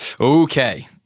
okay